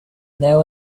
there